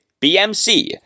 BMC